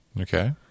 Okay